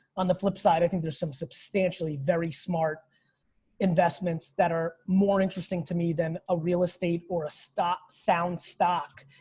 on the flip side i think there's some substantially very smart investments that are more interesting to me than a real estate or a stock sound stock.